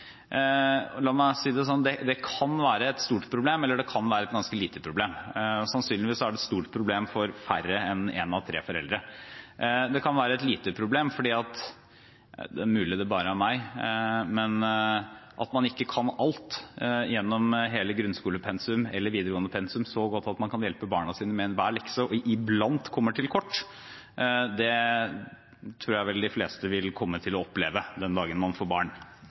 La meg si det sånn: Det kan være et stort problem, eller det kan være et ganske lite problem. Sannsynligvis er det et stort problem for færre enn én av tre foreldre. Det kan være et lite problem fordi: Det er mulig det bare er meg, men at man ikke kan alt gjennom hele grunnskolepensum eller videregåendepensum så godt at man kan hjelpe barna sine med enhver lekse, og at man iblant kommer til kort – det tror jeg vel de fleste vil komme til å oppleve den dagen man får barn.